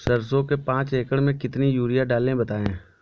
सरसो के पाँच एकड़ में कितनी यूरिया डालें बताएं?